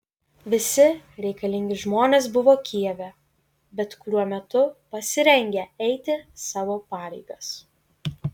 visi reikalingi žmonės buvo kijeve bet kuriuo metu pasirengę eiti savo pareigas